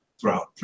throughout